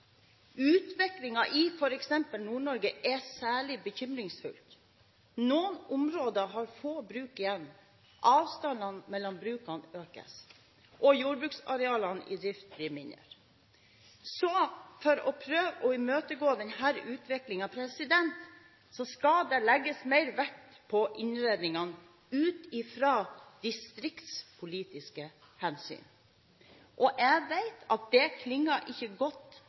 i f.eks. Nord-Norge er særlig bekymringsfull. Noen områder har få bruk igjen, avstanden mellom brukene øker, og jordbruksarealene i drift blir mindre. For å prøve å imøtegå denne utviklingen skal det legges mer vekt på innretningen ut fra distriktspolitiske hensyn. – Jeg vet at det ikke klinger godt